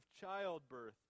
childbirth